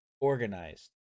organized